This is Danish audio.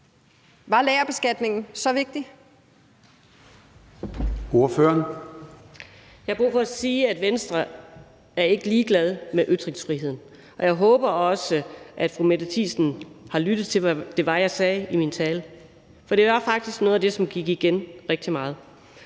med lagerbeskatningen så vigtigt?